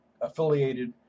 affiliated